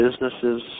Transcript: businesses